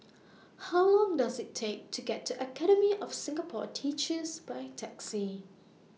How Long Does IT Take to get to Academy of Singapore Teachers By Taxi